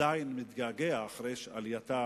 עדיין מתגעגעים, אחרי עלייתה